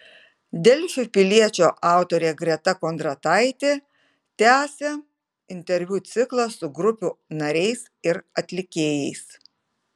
delfi piliečio autorė greta kondrataitė tęsia interviu ciklą su grupių nariais ir atlikėjais